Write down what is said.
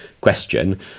question